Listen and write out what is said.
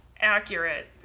Accurate